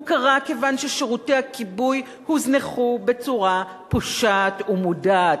הוא קרה כיוון ששירותי הכיבוי הוזנחו בצורה פושעת ומודעת.